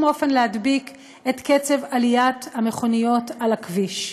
אופן להדביק את קצב עליית המכוניות על הכביש.